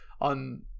on